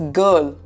girl